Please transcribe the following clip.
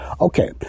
Okay